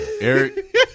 Eric